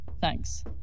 Thanks